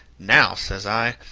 now, says i,